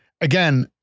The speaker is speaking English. again